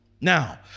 now